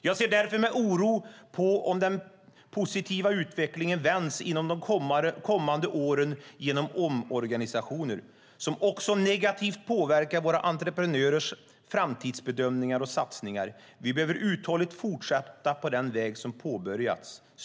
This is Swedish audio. Jag ser därför med oro på om den positiva utvecklingen vänts inom de kommande åren genom omorganisationer, som också negativt påverkar våra entreprenörers framtidsbedömningar och satsningar. Vi behöver uthålligt fortsätta den väg som påbörjats."